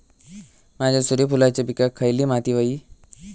माझ्या सूर्यफुलाच्या पिकाक खयली माती व्हयी?